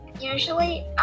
Usually